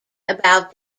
about